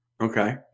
Okay